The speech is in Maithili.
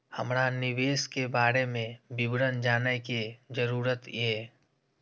हमरा निवेश के बारे में विवरण जानय के जरुरत ये?